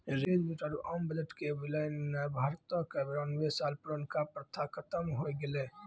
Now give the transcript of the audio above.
rail budget आरु आम budget के विलय ने भारतो के बेरानवे साल पुरानका प्रथा खत्म होय गेलै